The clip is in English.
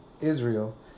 Israel